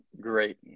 great